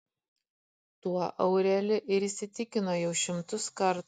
tuo aureli ir įsitikino jau šimtus kartų